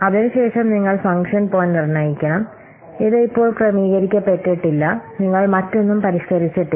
അതിനുശേഷം നിങ്ങൾ function point നിർണ്ണയിക്കണം ഇത് ഇപ്പോൾ ക്രമീകരിക്കപ്പെട്ടിട്ടില്ല നിങ്ങൾ മറ്റൊന്നും പരിഷ്കരിച്ചിട്ടില്ല